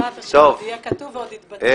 בעזרת השם עוד יהיה כתוב ועוד יתבצע.